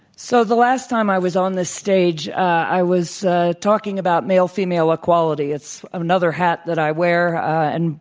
so, the last time i was on this stage, i was talking about male female equality. it's another hat that i wear. and